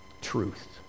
truth